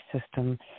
system